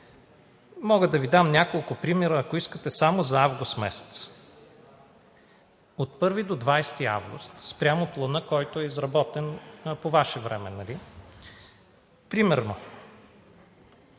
Мога да Ви дам няколко примера, ако искате само за месец август. От 1 до 20 август спрямо Плана, който е изработен по Ваше време, примерно